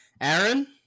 Aaron